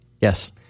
Yes